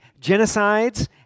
genocides